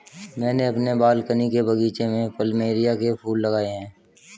मैंने अपने बालकनी के बगीचे में प्लमेरिया के फूल लगाए हैं